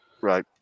Right